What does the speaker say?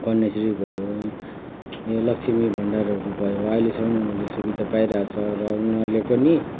कन्याश्री भयो लक्ष्मी भण्डारहरू भयो अहिलेसम्म उनीहरूले सुविधा पाइरहेछ र उनीहरूले पनि